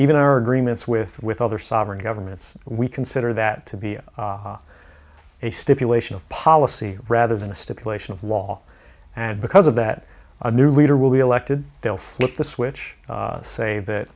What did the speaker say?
even our agreements with with other sovereign governments we consider that to be a stipulation of policy rather than a stipulation of law and because of that a new leader will be elected they'll flip the switch say